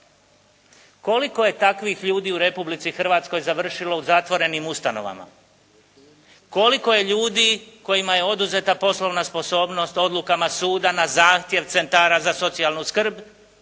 koliko je takvih ljudi u Republici Hrvatskoj završilo u zatvorenim ustanovama? Koliko je ljudi kojima je oduzeta poslovna sposobnost odlukama suda na zahtjev centara za socijalnu skrb